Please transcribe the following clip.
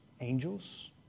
angels